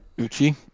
Uchi